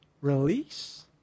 release